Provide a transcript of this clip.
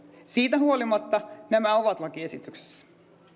siitä huolimatta nämä ovat lakiesityksissä